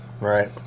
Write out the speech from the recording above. Right